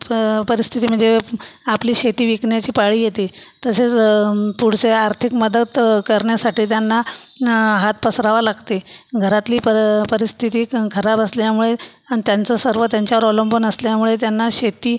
पं परिस्थिती म्हनजे आपली शेती विकन्याची पाळी येते तसेचं पुढचे आर्थिक मदतं करन्यासाठी त्यांना हात पसरावा लागते घरातली परं परिस्थिती खराब असल्यामुळे अन् त्यांचं सर्व त्यांच्यावर अवलंबून असल्यामुळे त्यांना शेती